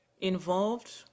involved